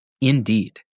Indeed